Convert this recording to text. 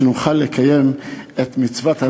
כדי שנוכל לקיים את מצוות,